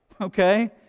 Okay